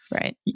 right